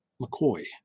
McCoy